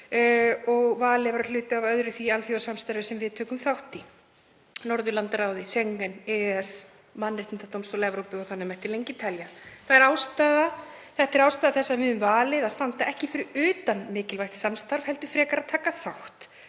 og valið að vera hluti af öðru því alþjóðasamstarfi sem við tökum þátt í, Norðurlandaráði, Schengen, EES, Mannréttindadómstóli Evrópu og þannig mætti lengi telja. Það er ástæða þess að við höfum valið að standa ekki fyrir utan mikilvægt samstarf heldur frekar að taka þátt